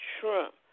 Trump